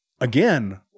again